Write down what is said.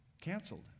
canceled